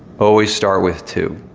always start with two.